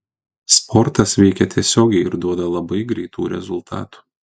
sportas veikia tiesiogiai ir duoda labai greitų rezultatų